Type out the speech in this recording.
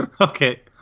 Okay